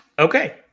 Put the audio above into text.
Okay